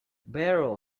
barrow